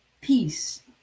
peace